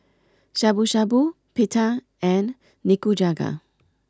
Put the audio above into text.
Shabu Shabu Pita and Nikujaga